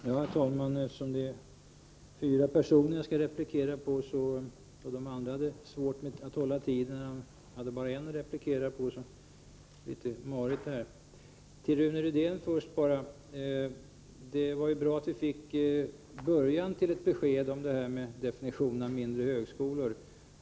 Herr talman! Det blir litet svårt för mig att hinna replikera fyra personer — de andra hade bara en att replikera, men hade ändå svårt att hålla tiden. Till Rune Rydén: Det var bra att vi fick åtminstone början till ett besked om definitionen av begreppet mindre högskolor.